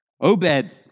Obed